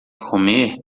comer